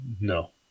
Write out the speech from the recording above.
No